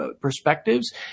perspectives